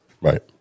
Right